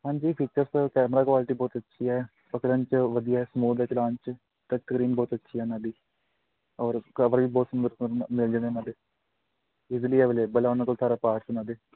ਹਾਂਜੀ features camera quality ਬਹੁਤ ਅੱਛੀ ਹੈ ਪਕੜਨ ਚ ਵਧੀਆਂ ਐ ਸਮੂਦ ਤੇ ਚਲਾਣ ਚ ਤਕਰੀਬਨ ਬਹੁਤ ਅੱਛੀ ਇਹਨਾਂ ਦੀ ਔਰ ਕਵਰ ਵੀ ਬਹੁਤ ਇਜ਼ੀਲੀ ਅਵੇਲੇਬਲ ਉਹਨਾਂ ਕੋਲ ਸਾਰਾ ਪਾਰਟ ਉਹਨਾਂ ਦੇ ਵਿੱਚ